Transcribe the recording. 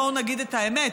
בואו נגיד את האמת,